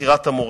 לבחירת המורים.